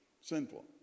sinful